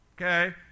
okay